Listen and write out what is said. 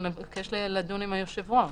נצטרך לדון עם היושב-ראש.